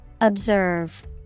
Observe